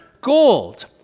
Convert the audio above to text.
gold